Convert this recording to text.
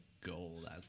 gold